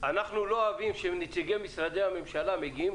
אנחנו לא אוהבים שנציגי משרדי הממשלה מגיעים